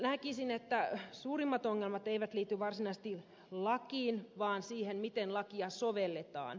näkisin että suurimmat ongelmat eivät liity varsinaisesti lakiin vaan siihen miten lakia sovelletaan